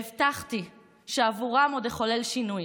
והבטחתי שעבורם עוד אחולל שינוי,